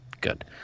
good